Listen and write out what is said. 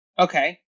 Okay